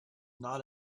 not